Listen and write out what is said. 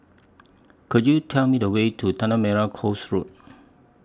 Could YOU Tell Me The Way to Tanah Merah Coast Road